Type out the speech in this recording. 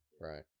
Right